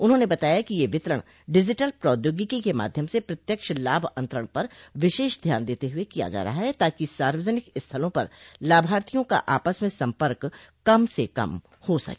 उन्होंने बताया कि यह वितरण डिजिटल प्रौद्योगिकी के माध्यम से प्रत्यक्ष लाभ अंतरण पर विशेष ध्यान देते हुए किया जा रहा है ताकि सार्वजनिक स्थलों पर लाभार्थियों का आपस में संपर्क कम से कम हो सके